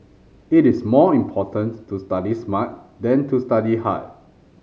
it is more important to study smart than to study hard